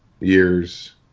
Years